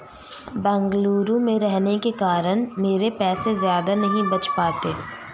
बेंगलुरु में रहने के कारण मेरे पैसे ज्यादा नहीं बच पाते